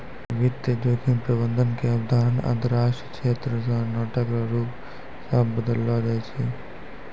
वित्तीय जोखिम प्रबंधन के अवधारणा अंतरराष्ट्रीय क्षेत्र मे नाटक रो रूप से बदललो छै